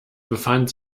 befand